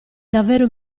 davvero